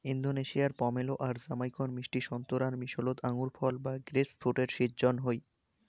ইন্দোনেশিয়ার পমেলো আর জামাইকার মিষ্টি সোন্তোরার মিশোলোত আঙুরফল বা গ্রেপফ্রুটের শিজ্জন হই